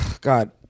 God